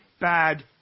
bad